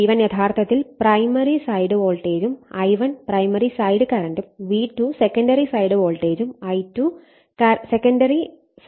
V1 യഥാർത്ഥത്തിൽ primary side വോൾട്ടേജും I1 primary side കറന്റും V2 സെക്കൻഡറി സൈഡ് വോൾട്ടേജും I2 സെക്കൻഡറി സൈഡ് കറന്റും ആണ്